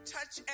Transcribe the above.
Touch